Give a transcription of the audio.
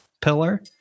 pillar